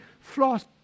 Floss